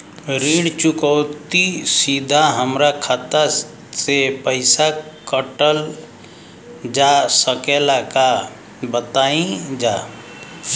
ऋण चुकौती सीधा हमार खाता से पैसा कटल जा सकेला का बताई जा?